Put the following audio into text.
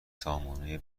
سامانه